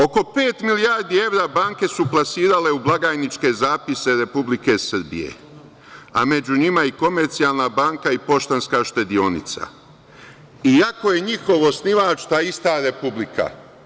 Oko pet milijardi evra banke su plasirale u blagajničke zapise Republike Srbije, a među njima je i Komercijalna banka i Poštanska štedionica, iako je njihov osnivač ta ista republika.